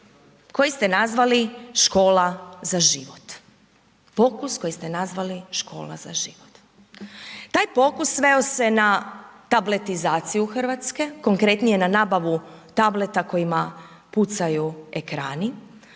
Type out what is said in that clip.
koji ste nazvali škola za život. Pokus koji ste nazvali škola za život. Taj pokus sveo se na tabletizaciju Hrvatske, konkretnije na nabavu tableta kojemu pucaju ekrani,